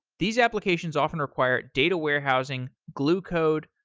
these applications often require data warehousing, glue code,